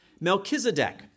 Melchizedek